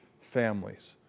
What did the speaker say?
families